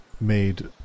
made